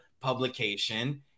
publication